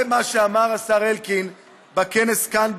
זה מה שאמר השר אלקין בכנס כאן,